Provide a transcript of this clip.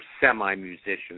semi-musicians